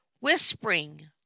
Whispering